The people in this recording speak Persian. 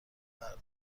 بردار